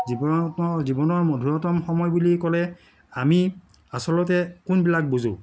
জীৱনৰ জীৱনৰ মধুৰতম সময় বুলি ক'লে আমি আচলতে কোনবিলাক বুজোঁ